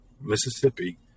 Mississippi